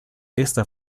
esta